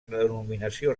denominació